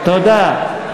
תודה.